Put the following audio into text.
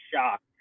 shocked